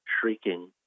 shrieking